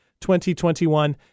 2021